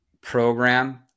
program